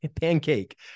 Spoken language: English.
pancake